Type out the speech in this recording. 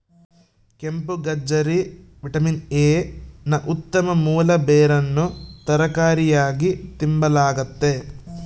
ಕೆಂಪುಗಜ್ಜರಿ vitamin A ನ ಉತ್ತಮ ಮೂಲ ಬೇರನ್ನು ತರಕಾರಿಯಾಗಿ ತಿಂಬಲಾಗ್ತತೆ